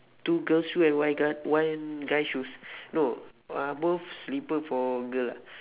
two girls shoe and one guy one guy shoes no uh both slipper for girl ah